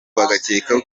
bagakeka